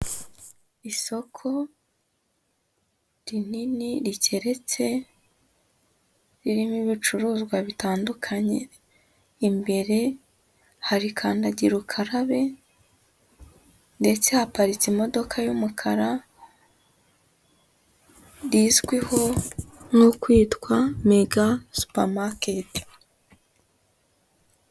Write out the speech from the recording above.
Isoko rinini rigeretse, ririmo ibicuruzwa bitandukanye, imbere hari kandagira ukarabe, ndetse haparitse imodoka y'umukara, rizwiho nko kwitwa niga Mega supa maketi.